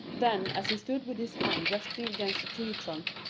then as he stood with his hand resting against a tree trunk,